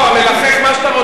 מלחך מה שאתה רוצה,